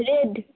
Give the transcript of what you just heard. red